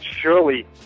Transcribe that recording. surely